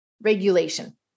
regulation